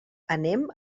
anem